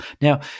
Now